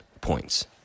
points